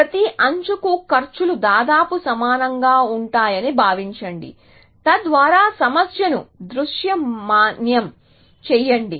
ప్రతి అంచుకు ఖర్చులు దాదాపు సమానంగా ఉంటాయని భావించండి తద్వారా సమస్యను దృశ్యమానం చేయండి